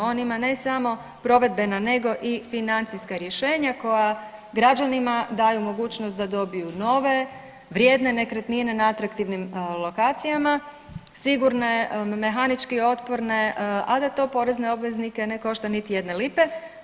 On ima ne samo provedba nego i financijska rješenja koja građanima daju mogućnost da dobiju nove, vrijedne nekretnine na atraktivnim lokacijama, sigurne, mehanički otporne, a da to porezne obveznike ne košta niti jedne lipe.